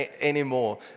anymore